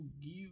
give